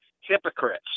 hypocrites